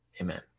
Amen